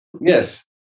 Yes